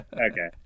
Okay